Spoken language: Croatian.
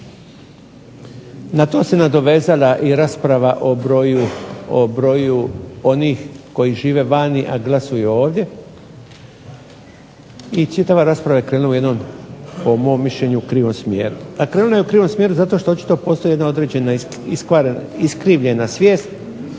Na to se nadovezala i rasprava o broju onih koji žive vani, a glasuju ovdje i čitava rasprava je krenula u jednom, po mom mišljenju, krivom smjeru. A krenula je u krivom smjeru zato što očito postoji jedna određena iskrivljena svijest